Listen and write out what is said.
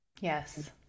Yes